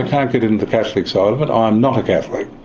can't get into the catholic side of it. i'm not a catholic.